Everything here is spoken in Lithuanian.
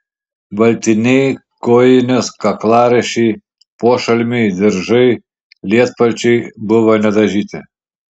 baltiniai kojinės kaklaraiščiai pošalmiai diržai lietpalčiai buvo nedažyti